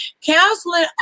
counseling